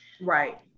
right